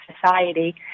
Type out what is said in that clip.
society